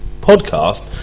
podcast